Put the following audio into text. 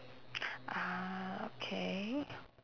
ah okay